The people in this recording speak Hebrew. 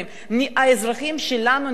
האזרחים שלנו נפגעים.